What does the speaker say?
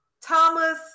Thomas